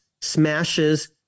smashes